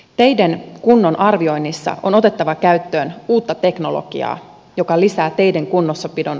teiden kunnon arvioinnissa on otettava käyttöön uutta teknologiaa joka lisää teiden kunnossapidon